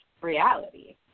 reality